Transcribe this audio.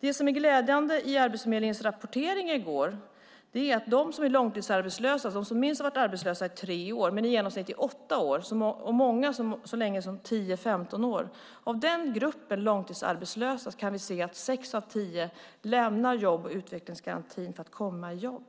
Det som var glädjande i Arbetsförmedlingens rapportering i går var att i den grupp som är långtidsarbetslösa, som minst har varit arbetslösa i tre år men i genomsnitt i åtta år och många så länge som 10-15 år, kan vi se att sex av tio lämnar jobb och utvecklingsgarantin för att komma i jobb.